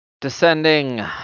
Descending